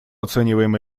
оцениваем